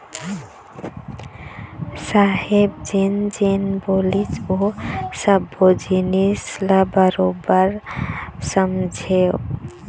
साहेब जेन जेन बोलिस ओ सब्बो जिनिस ल बरोबर समझेंव